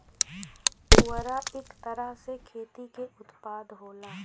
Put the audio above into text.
पुवरा इक तरह से खेती क उत्पाद होला